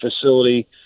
facility